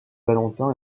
valentin